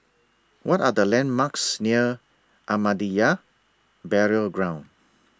What Are The landmarks near Ahmadiyya Burial Ground